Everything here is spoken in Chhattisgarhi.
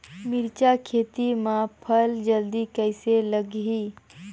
मिरचा खेती मां फल जल्दी कइसे लगही?